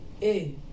hey